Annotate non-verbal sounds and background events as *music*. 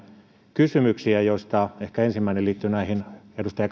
kysymyksiä joista ehkä ensimmäinen liittyy näihin edustaja *unintelligible*